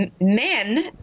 Men